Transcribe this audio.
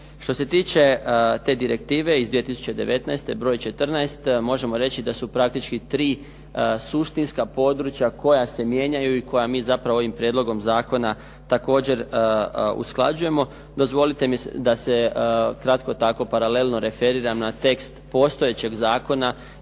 Što se tiče te direktive iz 2019. broj 14. možemo reći da su praktički tri suštinska područja koja se mijenjaju i koja mi zapravo ovim Prijedlogom zakona također usklađujemo, dozvolite mi da se tako ukratko referiram na tekst postojećeg zakona